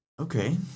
Okay